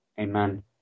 Amen